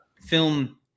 film